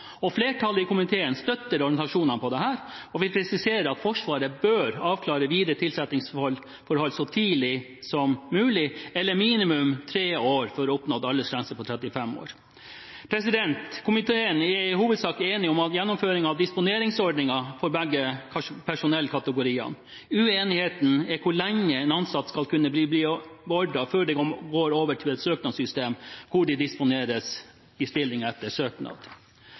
Flertallet i komiteen støtter organisasjonene i dette og vil presisere at Forsvaret bør avklare videre tilsettingsforhold så tidlig som mulig, eller minimum tre år før oppnådd aldersgrense på 35 år. Komiteen er i hovedsak enig om gjennomføring av disponeringsordningen for begge personellkategorier. Uenigheten går på hvor lenge en ansatt skal kunne bli beordret før de går over på et søknadssystem hvor de disponeres i stilling etter søknad.